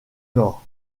nord